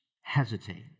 hesitate